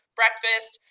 breakfast